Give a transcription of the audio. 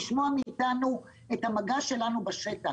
לשמוע מאתנו על המגע שלנו בשטח.